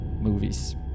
movies